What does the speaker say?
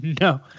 No